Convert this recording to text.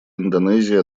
индонезии